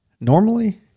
normally